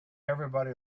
everybody